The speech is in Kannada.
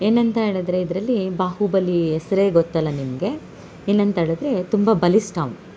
ಏನಂತ ಹೇಳದ್ರೆ ಇದರಲ್ಲಿ ಬಾಹುಬಲಿ ಹೆಸ್ರೇ ಗೊತ್ತಲ್ಲ ನಿಮಗೆ ಏನಂತ ಹೇಳದ್ರೆ ತುಂಬ ಬಲಿಷ್ಠ ಅವ್ನು